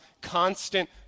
constant